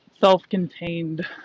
self-contained